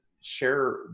share